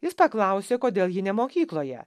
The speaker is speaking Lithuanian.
jis paklausė kodėl ji ne mokykloje